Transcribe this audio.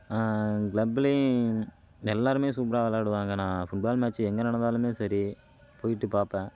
கிளப்புலேயும் எல்லாருமே சூப்பராக விளாடுவாங்க நான் ஃபுட்பால் மேட்ச்சி எங்கே நடந்தாலுமே சரி போயிட்டு பார்ப்பேன்